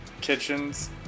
kitchens